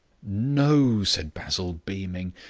no, said basil, beaming,